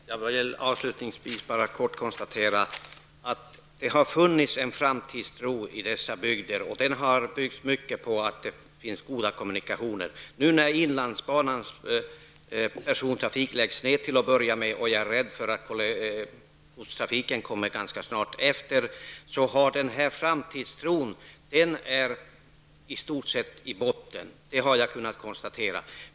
Herr talman! Jag vill avslutningsvis kort konstatera att det har funnits en framtidstro i dessa bygder. Den har byggt på att det finns goda kommunikationer. Nu när inlandsbanans persontrafik läggs ner till att börja med -- jag är rädd för att godstrafiken kommer ganska snart efter -- är den här framtidstron i stort sett i botten. Det har jag kunnat konstatera.